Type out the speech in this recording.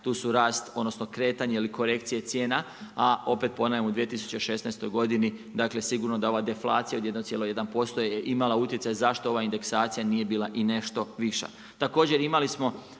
tu su rast, odnosno kretanje ili korekcije cijena a opet ponavljam u 2016. godini dakle sigurno da ova deflacija od 1,1% je imala utjecaj zašto ova indeksacija nije bila i nešto više.